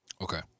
Okay